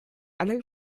alle